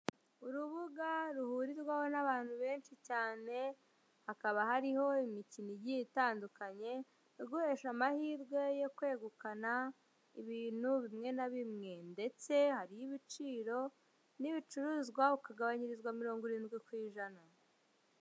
Urubuga ruhurirwaho n'abantu benshi cyane, hakaba hariho imikino igiye itandukanye, iguhesha amahirwe yo kwegukana ibintu bimwe na bimwe, ndetse hari ibiciro n'ibicuruzwa ukagabanyirizwa mirongo irindwi ku ijana.